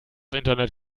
internet